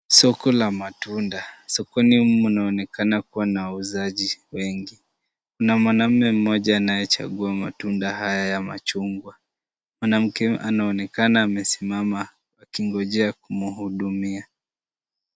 Soko la matunda. Sokoni humu mnaonekana kua na wauzaji wengi. Kuna mwanaume mmoja anayechagua matunda haya ya machungwa. Mwanamke anaonekana amesimama akingojea kumhudumia.